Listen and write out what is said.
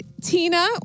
tina